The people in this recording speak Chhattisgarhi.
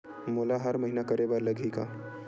मोला हर महीना करे बर लगही का?